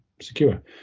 secure